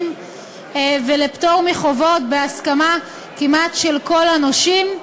ולפטור מחובות בהסכמה כמעט של כל הנושים,